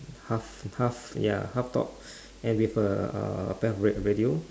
half half ya half top and with uh a pair of radio